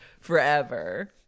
forever